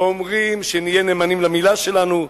ואומרים שנהיה נאמנים למלה שלנו,